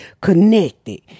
connected